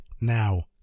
now